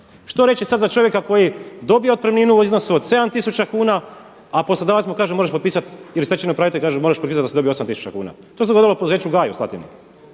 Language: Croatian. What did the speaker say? Što reći sada za čovjeka koji dobije otpremninu u iznosu od 7 tisuća kuna a poslodavac mu kaže moraš potpisati ili stečajni upravitelj kaže moraš potpisati da si dobio 8 tisuća kuna. To se dogodilo u poduzeću GAJ u Slatini.